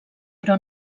però